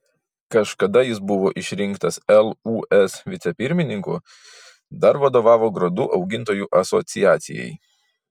kažkada jis buvo išrinktas lūs vicepirmininku dar vadovavo grūdų augintojų asociacijai